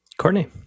Courtney